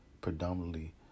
predominantly